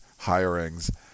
hirings